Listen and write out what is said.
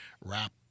wrap